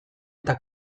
eta